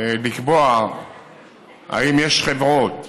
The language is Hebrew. לקבוע אם יש חברות